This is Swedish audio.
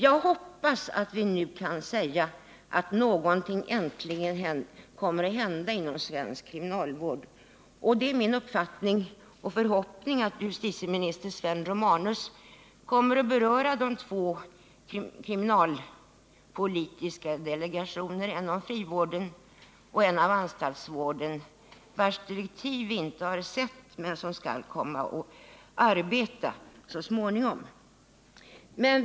Jag hoppas att vi nu kan säga att någonting äntligen kommer att hända inom svensk kriminalvård. Det är min uppfattning och förhoppning att justitieminister Sven Romanus kommer att beröra de två kriminalpolitiska delegationer, en om frivården och en om anstaltsvården — vilkas direktiv vi ännu inte har sett — som skall komma att arbeta så småningom.